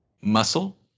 Muscle